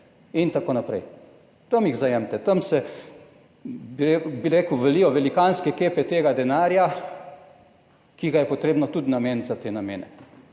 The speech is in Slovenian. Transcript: in tako naprej. Tam jih zajemite, tam se, bi rekel, valijo velikanske kepe tega denarja, ki ga je treba nameniti tudi za te namene,